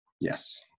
yes